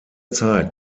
zeit